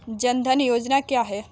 जनधन योजना क्या है?